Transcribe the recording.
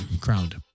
crowned